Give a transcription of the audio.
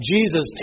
Jesus